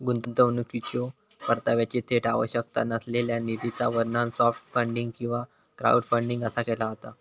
गुंतवणुकीच्यो परताव्याची थेट आवश्यकता नसलेल्या निधीचा वर्णन सॉफ्ट फंडिंग किंवा क्राऊडफंडिंग असा केला जाता